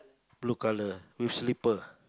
blue colour with slippers